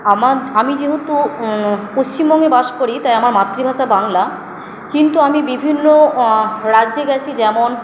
আমার আমি যেহেতু পশ্চিমবঙ্গে বাস করি তাই আমার মাতৃভাষা বাংলা কিন্তু আমি বিভিন্ন রাজ্যে গেছি যেমন